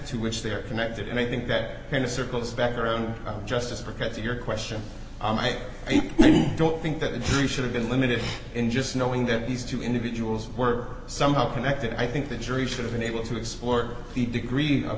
to which they are connected and i think that kind of circles back around just look at your question and i don't think that the jury should have been limited in just knowing that these two individuals were somehow connected i think the jury should have been able to explore the degree of